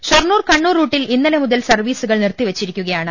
ഷൊർണൂർ കണ്ണൂർ റൂട്ടിൽ ഇന്നലെ മുതൽ സർവീസുകൾ നിർത്തിവെച്ചിരിക്കുകയാണ്